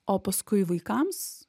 o paskui vaikams